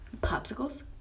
popsicles